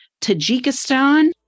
Tajikistan